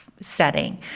setting